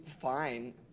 fine